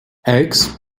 eggs